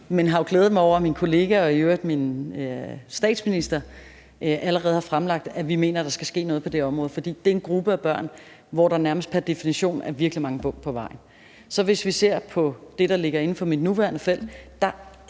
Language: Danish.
Men jeg har jo glædet mig over, at min kollega og i øvrigt også min statsminister allerede har sagt, at der skal ske noget på det område, for det er en gruppe børn, hvor der nærmest pr. definition er virkelig mange bump på vejen. Hvis vi så ser på det andet hjørne og på det, der ligger inden for mit nuværende felt,